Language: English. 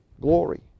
glory